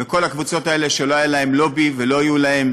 ולכל הקבוצות האלה שלא היה להן לובי ולא היו להן